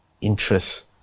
interests